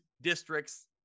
districts